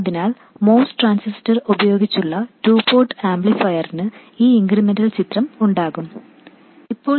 അതിനാൽ MOS transistor ഉപയോഗിച്ചുള്ള two port ആംപ്ലിഫയറിന് ഈ ഇൻക്രിമെന്റൽ ചിത്രം ഉണ്ടാകും ഇവിടെ ഇത് VGS ആണ്